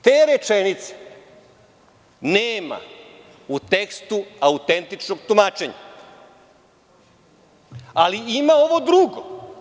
Te rečenice nema u tekstu autentičnog tumačenja, ali ima ovo drugo.